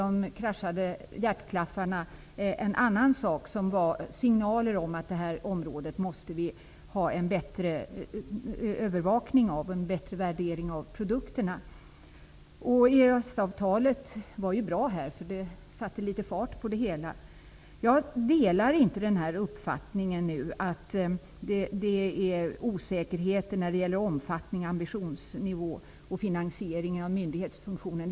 De kraschade hjärtklaffarna var en annan sak som gav signaler om att vi måste övervaka det här området bättre. Vi måste ha en bättre värdering av produkterna. EES-avtalet var bra eftersom det satte litet fart på det hela. Jag delar inte uppfattningen att det finns osäkerhet när det gäller omfattning, ambitionsnivå och finansiering av myndighetsfunktionen.